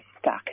stuck